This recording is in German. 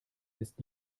ist